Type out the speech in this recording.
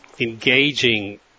engaging